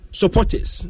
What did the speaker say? supporters